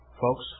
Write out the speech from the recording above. Folks